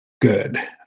good